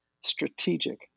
strategic